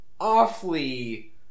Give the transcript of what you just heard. awfully